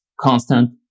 constant